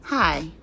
Hi